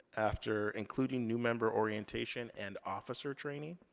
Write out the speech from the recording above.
after including new member orientation and officer training.